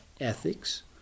ethics